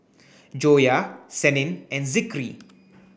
Joyah Senin and Zikri